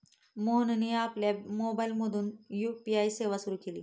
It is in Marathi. मोहनने आपल्या मोबाइलमधून यू.पी.आय सेवा सुरू केली